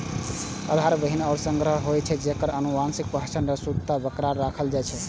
आधार बीहनि ऊ संग्रह होइ छै, जेकर आनुवंशिक पहचान आ शुद्धता बरकरार राखल जाइ छै